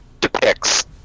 depicts